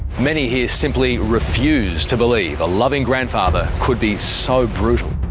many here simply refuse to believe a loving grandfather could be so brutal.